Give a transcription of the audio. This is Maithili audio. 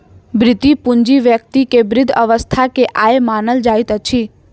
वृति पूंजी व्यक्ति के वृद्ध अवस्था के आय मानल जाइत अछि